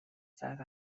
south